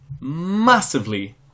massively